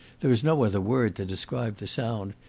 there is no other word to describe the sound.